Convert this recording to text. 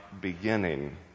beginning